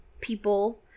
people